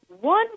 one